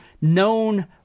known